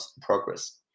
progress